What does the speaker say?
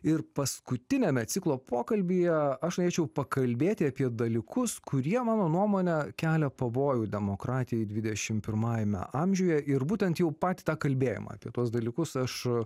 ir paskutiniame ciklo pokalbyje aš norėčiau pakalbėti apie dalykus kurie mano nuomone kelia pavojų demokratijai dvidešim pirmajame amžiuje ir būtent jau patį tą kalbėjimą apie tuos dalykus aš